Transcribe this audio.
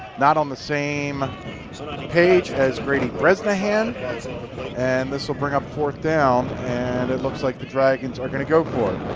not on the same sort of page as grady bresnahan and this will bring up fourth down. and it looks like the dragons are going to go for it.